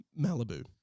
Malibu